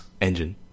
engine